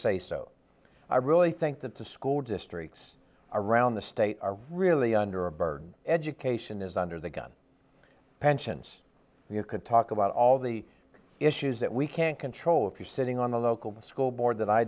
say so i really think that this school districts around the state are really under a burden education is under the gun pensions and you could talk about all the issues that we can't control if you're sitting on the local school board that i